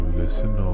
listen